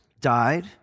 died